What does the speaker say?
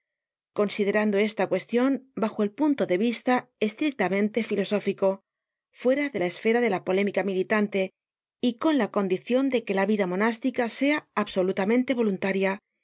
considerando esta cuestion bajo el punto de vista estrictamente filosófico fuera de la esfera de la polémica militante y con la condicion de que la vida monástica sea absolutamente voluntaria